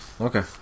okay